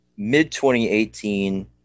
Mid-2018